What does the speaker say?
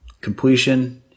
completion